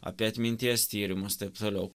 apie atminties tyrimus taip toliau